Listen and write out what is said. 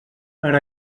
per